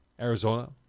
Arizona